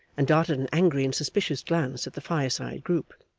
and darted an angry and suspicious glance at the fireside group.